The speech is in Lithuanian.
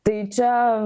tai čia